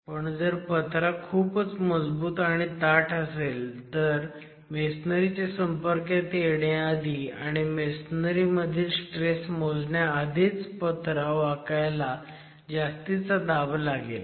पण जर पत्रा खूपच मजबूत आणि ताठ असेल तर मेसनरी च्या संपर्कात येण्याआधी आणि मेसनरी मधील स्ट्रेस मोजण्याआधीच पत्रा वाकायला जास्तीचा दाब लागेल